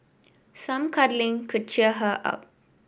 some cuddling could cheer her up